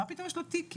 מה פתאום יש לו תיקים?